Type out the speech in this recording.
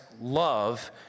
love